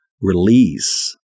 release